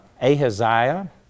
Ahaziah